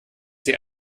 sie